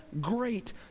Great